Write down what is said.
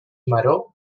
maror